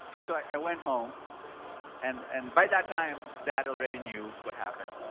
so, i went home and and by that time, dad already knew what happened.